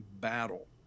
battle